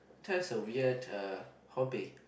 that's a weird uh hobby